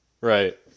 Right